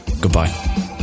goodbye